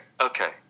okay